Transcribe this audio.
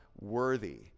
worthy